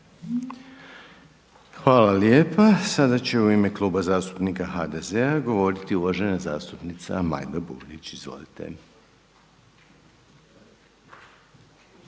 Hvala lijepa. Sada će u ime Kluba zastupnika HDZ-a govoriti uvažena zastupnica Majda Burić. Izvolite.